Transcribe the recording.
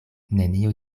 nenio